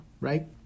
right